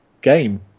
game